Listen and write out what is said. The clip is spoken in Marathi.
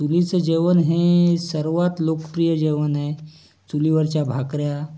चुलीचं जेवण हे सर्वात लोकप्रिय जेवण आहे चुलीवरच्या भाकऱ्या